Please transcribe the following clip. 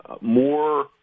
more